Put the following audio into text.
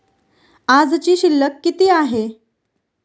आजची शिल्लक किती आहे?